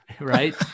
Right